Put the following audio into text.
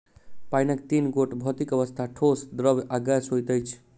पाइनक तीन गोट भौतिक अवस्था, ठोस, द्रव्य आ गैस होइत अछि